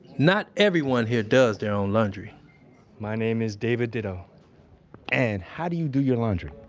not everyone here does their own laundry my name is david ditto and how do you do your laundry?